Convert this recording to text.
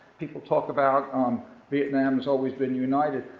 people talk about um vietnam as always been united,